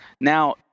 now